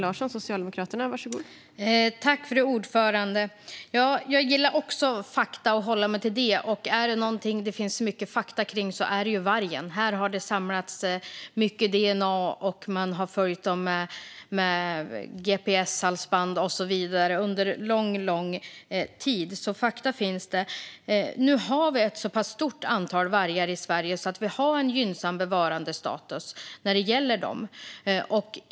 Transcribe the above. Fru talman! Jag gillar också fakta och vill hålla mig till det. Och om det är någonting som det finns mycket fakta kring så är det vargen. Det har samlats in mycket dna, och man har följt vargarna med gps-halsband och så vidare under lång tid. Fakta finns alltså. Nu har vi ett så pass stort antal vargar i Sverige att vi har en gynnsam bevarandestatus.